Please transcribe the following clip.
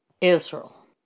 Israel